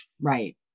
right